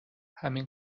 همین